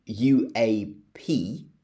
UAP